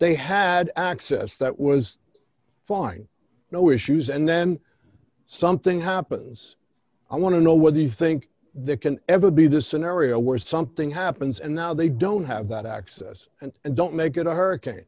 they had access that was fine no issues and then something happens i want to know whether you think there can ever be this scenario where something happens and now they don't have that access and don't make it a hurricane